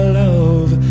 love